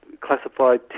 classified